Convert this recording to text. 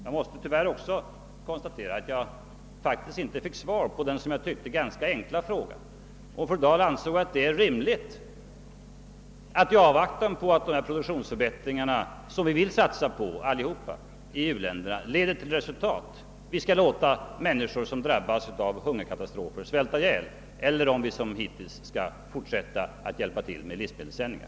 Jag måste tyvärr också konstatera att jag inte fick svar på den, som jag tyckte, ganska enkla frågan, om fru Dahl anser att det är rimligt att vi i avvaktan på resultatet av de produktionsförbättringar, som vi allesammans vill satsa på i u-länderna, skall låta människor som drabbas av hungerkatastrofer svälta eller om vi skall fortsätta att hjälpa till med livsmedelssändningar.